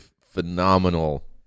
phenomenal